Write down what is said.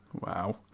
Wow